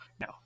No